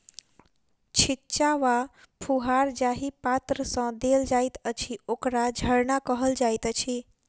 छिच्चा वा फुहार जाहि पात्र सँ देल जाइत अछि, ओकरा झरना कहल जाइत अछि